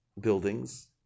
buildings